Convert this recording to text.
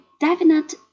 definite